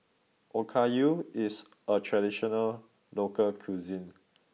Okayu is a traditional local cuisine